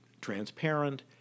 transparent